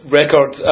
record